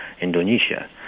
Indonesia